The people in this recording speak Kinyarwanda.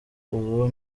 ubu